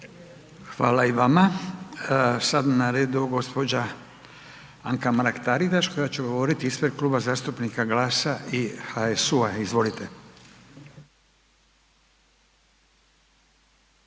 Hvala i vama. Sada je na redu gospođa Anka Mrak Taritaš koja će govoriti ispred Kluba zastupnika Glasa i HSU-a. Izvolite.